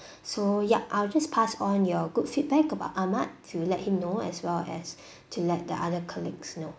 so yup I'll just pass on your good feedback about ahmad to let him know as well as to let the other colleagues know